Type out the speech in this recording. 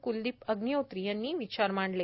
कुलदीप अग्निहोत्री यांनी विचार मांडले